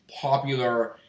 popular